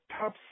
top